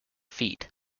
feet